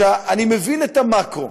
אני מבין את המקרו,